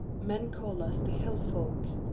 men call us the hill folk.